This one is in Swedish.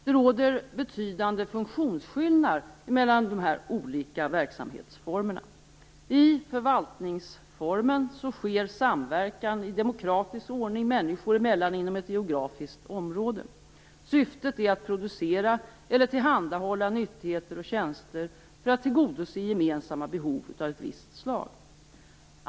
Det råder betydande funktionsskillnader mellan dessa olika verksamhetsformer. I förvaltningsformen sker samverkan i demokratisk ordning människor emellan inom ett geografiskt område. Syftet är att producera eller tillhandahålla nyttigheter och tjänster för att tillgodose gemensamma behov av ett visst slag.